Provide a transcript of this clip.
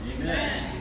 Amen